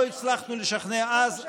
לא הצלחנו לשכנע אז,